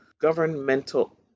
governmental